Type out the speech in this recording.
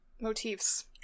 motifs